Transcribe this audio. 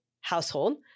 household